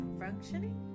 functioning